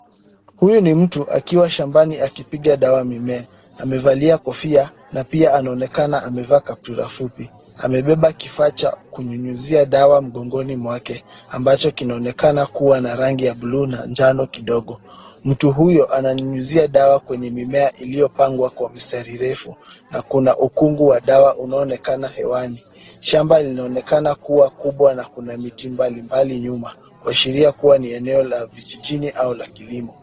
Huyu ni mtu akiwa shambani akipiga dawa mimea. Amevalia kofia na pia anaonekana amevaa kaptura fupi. Amebeba kifaa cha kunyunyuzia dawa mgongoni mwake ambacho kinaonekana kuwa na rangi ya blue na jano kidogo. Mtu huyo ananyunyuzia dawa kwenye mimea iliyopangwa kwa mistari refu na kuna ukungu wa dawa unaoonekana hewani. Shamba linaonekana kuwa kubwa na kuna miti mbalimbali nyuma kuashiria kuwa ni eneo la vijijini au la kilimo.